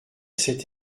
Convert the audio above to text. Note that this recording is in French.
cet